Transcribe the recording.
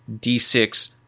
d6